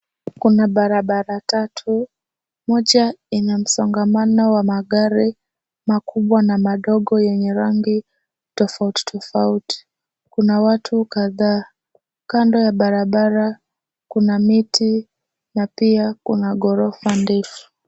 Kuna barabara tatu, moja ina msongamano wa magari makubwa na madogo yenye rangi tofauti tofauti. Kuna watu kadhaa. Kando ya barabara kuna miti na pia kuna ghorofa ndefu.